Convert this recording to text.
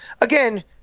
Again –